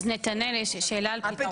אז נתנאל, יש לי שאלה על פתרונות.